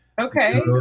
Okay